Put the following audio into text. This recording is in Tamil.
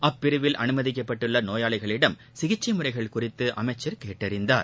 அப்பிரிவில் அனுமதிக்கப்பட்டுள்ள நோயாளிகளிடம் சிகிச்சை முறைகள் குறித்து அமைச்சர் கேட்டறிந்தார்